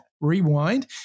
Rewind